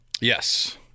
Yes